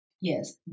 Yes